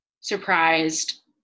surprised